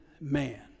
man